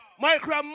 Micro